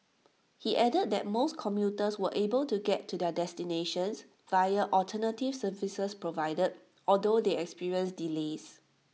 he added that most commuters were able to get to their destinations via alternative services provided although they experienced delays